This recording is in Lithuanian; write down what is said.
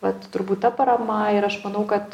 vat turbūt ta parama ir aš manau kad